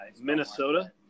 Minnesota